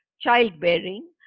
childbearing